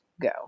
go